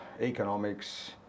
economics